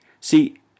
See